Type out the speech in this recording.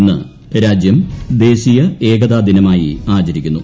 ഇന്ന് രാജ്യം ദേശീയ ഏകതാ ദിനമായി ആചരിക്കുന്നു